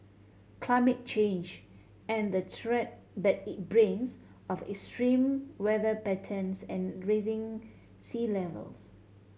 climate change and the threat that it brings of extreme weather patterns and rising sea levels